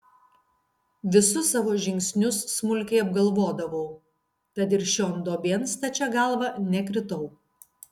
visus savo žingsnius smulkiai apgalvodavau tad ir šion duobėn stačia galva nekritau